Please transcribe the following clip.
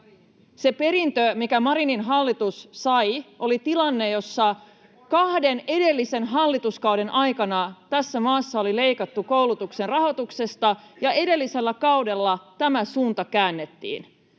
Se perintö, minkä Marinin hallitus sai, oli tilanne, jossa kahden edellisen hallituskauden aikana tässä maassa oli leikattu koulutuksen rahoituksesta, [Timo Heinonen: No miksi te ette